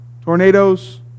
Tornadoes